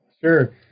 Sure